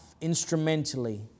instrumentally